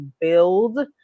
build